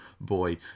boy